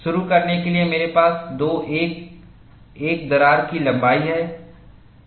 शुरू करने के लिए मेरे पास 2a1 दरार की लंबाई है